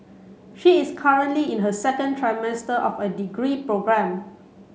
she is currently in her second trimester of her degree program